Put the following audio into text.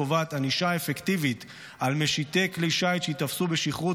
היא קובעת ענישה אפקטיבית על משיטי כלי שיט שייתפסו בשכרות,